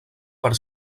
per